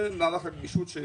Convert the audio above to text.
זה מהלך הגמישות.